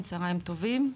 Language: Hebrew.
צוהריים טובים,